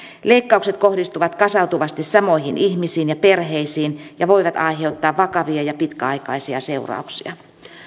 leikkaukset kohdistuvat kasautuvasti samoihin ihmisiin ja perheisiin ja voivat aiheuttaa vakavia ja pitkäaikaisia seurauksia